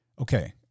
okay